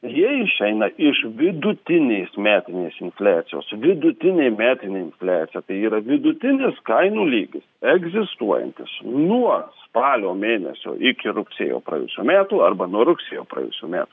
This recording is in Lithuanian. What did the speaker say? jie išeina iš vidutinės metinės infliacijos vidutinė metinė infliacija tai yra vidutinis kainų lygis egzistuojantis nuo spalio mėnesio iki rugsėjo praėjusių metų arba nuo rugsėjo praėjusių metų